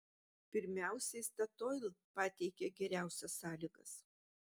pirmiausiai statoil pateikė geriausias sąlygas